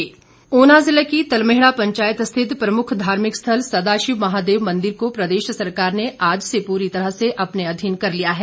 मंदिर नियंत्रण ऊना जिले की तलमेहड़ा पंचायत स्थित प्रमुख धार्मिक स्थल सदाशिव महादेव मंदिर को प्रदेश सरकार ने आज से पूरी तरह से अपने अधीन कर लिया है